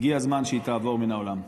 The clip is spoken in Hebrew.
הגיע הזמן שהיא תעבור מן העולם.